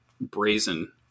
brazen